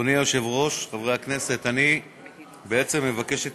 אדוני היושב-ראש, חברי הכנסת, אני מבקש את